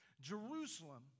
Jerusalem